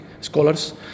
scholars